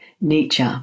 Nietzsche